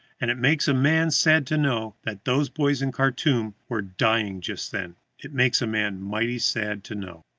and it makes a man sad to know that those boys in khartum were dying just then it makes a man mighty sad to know